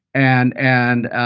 and and,